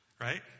Right